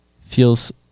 feels